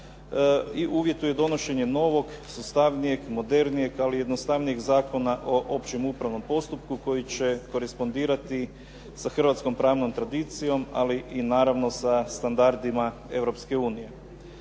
i uvjetuje donošenje novog, sastavnijeg, modernijeg ali jednostavnijeg Zakona o općem upravnom postupku koji će korespondirati sa hrvatskom pravnom tradicijom ali i naravno sa standardima